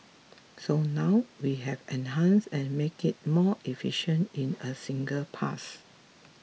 so now we have enhanced and make it more efficient in a single pass